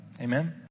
Amen